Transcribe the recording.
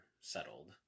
settled